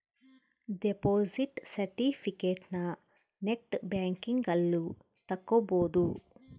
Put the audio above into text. deposit ಸೆರ್ಟಿಫಿಕೇಟನ net banking ಅಲ್ಲು ತಕ್ಕೊಬೊದು